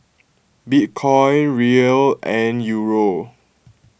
Bitcoin Riel and Euro